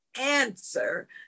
answer